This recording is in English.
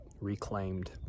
reclaimed